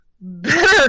better